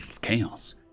chaos